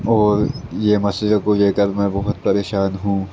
اور یہ مسئلے کو لے کر میں بہت پریشان ہوں